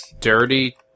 Dirty